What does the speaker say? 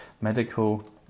Medical